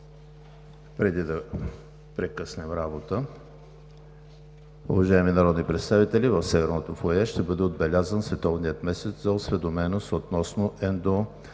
преди да прекъснем работа. Уважаеми народни представители, в Северното фоайе ще бъде отбелязан Световният месец за осведоменост относно ендометриозата.